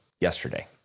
Yesterday